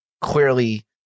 clearly